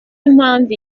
impamvu